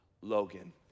Logan